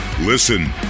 Listen